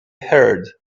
heard